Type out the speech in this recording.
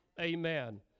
amen